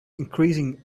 increasing